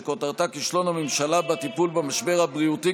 שכותרתה: כישלון הממשלה בטיפול במשבר הבריאותי